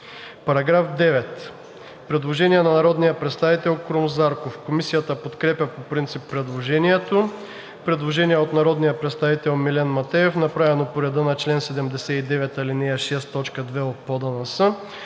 По § 9 има предложение от народния представител Крум Зарков. Комисията подкрепя по принцип предложението. Предложение от народния представител Милен Матеев, направено по реда на чл. 79, ал. 6, т.